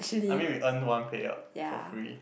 I mean we earn one payout for free